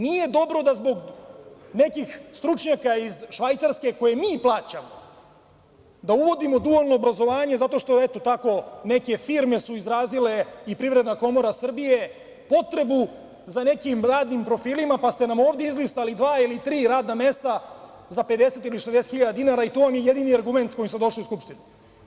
Nije dobro da zbog nekih stručnjaka iz Švajcarske koje mi plaćamo, da uvodimo dualno obrazovanje zato što eto, tako neke firme su izrazile i Privredna komora Srbije potrebu za nekim mladim profilima, pa ste nam ovde izlistali dva ili tri radna mesta, za 50 ili 60 hiljada dinara, i to vam je jedini argument sa kojim ste došli u Skupštinu.